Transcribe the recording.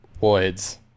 woods